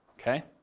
okay